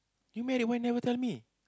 you married why never tell me